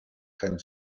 kein